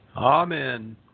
Amen